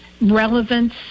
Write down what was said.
relevance